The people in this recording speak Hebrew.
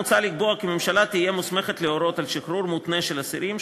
מוצע לקבוע כי הממשלה תהיה מוסמכת להורות על שחרור מותנה של אסירים,